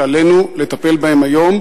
שעלינו לטפל בהם היום,